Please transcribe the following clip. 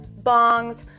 bongs